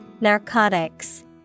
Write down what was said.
Narcotics